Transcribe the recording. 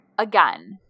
Again